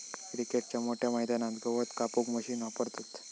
क्रिकेटच्या मोठ्या मैदानात गवत कापूक मशीन वापरतत